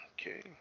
Okay